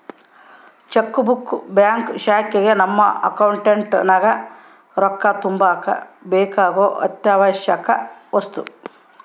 check book bank ಶಾಖೆಗ ನಮ್ಮ account ನಗ ರೊಕ್ಕ ತಗಂಬಕ ಬೇಕಾಗೊ ಅತ್ಯಾವಶ್ಯವಕ ವಸ್ತು